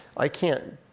i can't